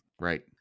Right